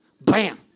bam